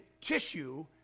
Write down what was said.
tissue